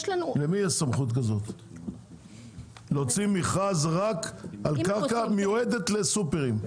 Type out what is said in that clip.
למי יש סמכות כזאת להוציא מכרז רק על קרקע מיועדת לסופרים?